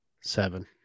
Seven